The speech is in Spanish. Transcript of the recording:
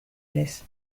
eres